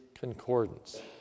concordance